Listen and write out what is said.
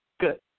good